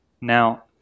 Now